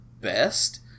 best